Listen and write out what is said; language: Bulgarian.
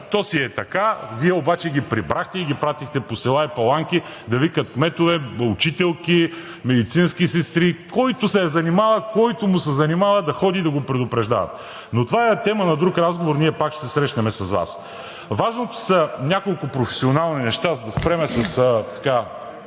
то си е така. Вие обаче ги прибрахте и ги пратихте по села и паланки да викат кметове, учителки, медицински сестри – който се е занимавал, който му се занимава, да ходи и да го предупреждават. Но това е тема на друг разговор – ние пак ще се срещнем с Вас. Важното са няколко професионални неща, за да спрем с това,